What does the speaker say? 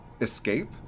escape